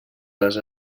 les